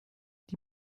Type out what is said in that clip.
die